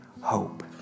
hope